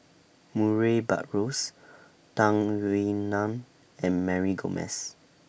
Murray Buttrose Tung Yue Nang and Mary Gomes